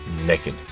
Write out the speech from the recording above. naked